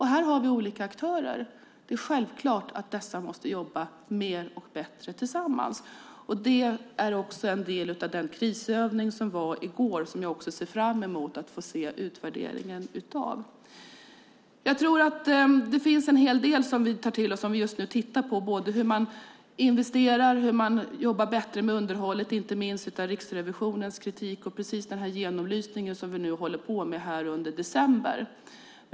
Här har vi olika aktörer. Det är självklart att dessa måste jobba mer och bättre tillsammans. Det är också en del av den krisövning som var i går och som jag ser fram emot att se utvärderingen av. Det finns en hel del som vi tar till oss om vi tittar på hur man investerar och jobbar bättre med underhållet. Det gäller inte minst Riksrevisionens kritik och den genomlysning som vi håller på med under december.